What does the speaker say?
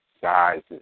sizes